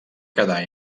quedar